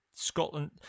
Scotland